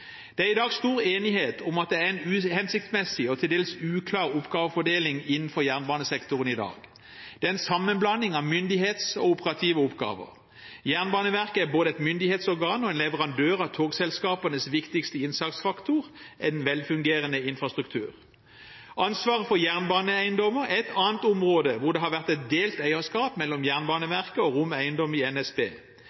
Det er stor enighet om at det er en uhensiktsmessig og til dels uklar oppgavefordeling innenfor jernbanesektoren i dag. Det er en sammenblanding av myndighetsoppgaver og operative oppgaver. Jernbaneverket er både et myndighetsorgan og en leverandør av togselskapenes viktigste innsatsfaktor: en velfungerende infrastruktur. Ansvaret for jernbaneeiendommer er et annet område hvor det har vært et delt eierskap mellom Jernbaneverket og Rom Eiendom i NSB,